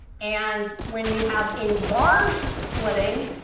and when we have a large splitting,